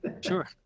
Sure